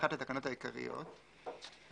תקנות העיריות (מכרזים